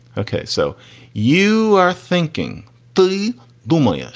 okay, so you are thinking billy boomlets.